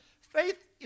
Faith